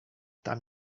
tam